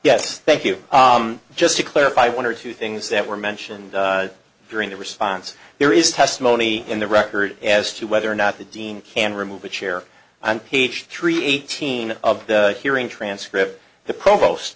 yes thank you just to clarify one or two things that were mentioned during the response there is testimony in the record as to whether or not the dean can remove a chair on peach tree eighteen of the hearing transcript the provost